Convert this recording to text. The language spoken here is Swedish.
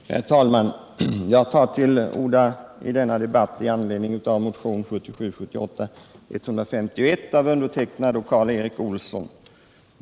Herr talman! Jag tar till orda i denna debatt med anledning av motionen 1977/78:151 av mig och Karl Erik Olsson.